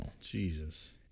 Jesus